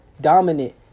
dominant